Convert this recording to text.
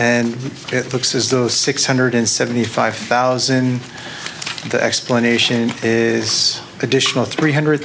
and it looks as though six hundred seventy five thousand the explanation is additional three hundred